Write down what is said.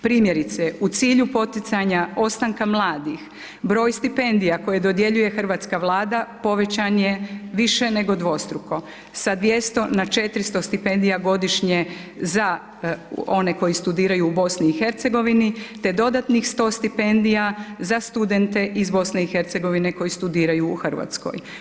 Primjerice u cilju poticanja ostanka mladih, broj stipendija koje dodjeljuje Hrvatska vlada, povećan je više nego dvostruko sa 200 na 400 stipendija godišnje za one koji studiraju u BIH te dodatnih 100 stipendija za studente iz BIH koji studiraju u Hrvatskoj.